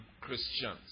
Christians